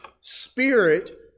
Spirit